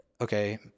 okay